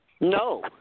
No